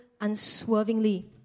unswervingly